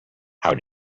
how